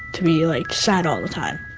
to be like sad all the time.